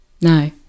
No